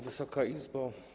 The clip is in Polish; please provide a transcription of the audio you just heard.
Wysoka Izbo!